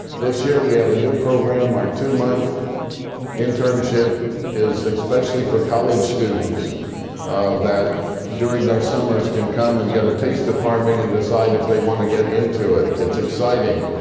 this year, we have a new program. our two-month internship is especially for college students that during their summers can come and get a taste of farming and decide if they want to get into it. it's exciting.